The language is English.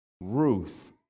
Ruth